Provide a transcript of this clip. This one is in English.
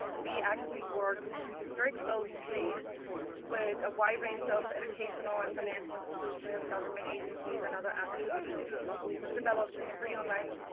we actually work very closely with a wide range of educational and financial institutions, government agencies, and other advocacy groups to develop this free online